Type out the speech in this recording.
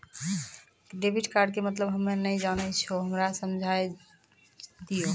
Debit card के मतलब हम्मे नैय जानै छौ हमरा समझाय दियौ?